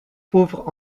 pauvre